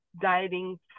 dieting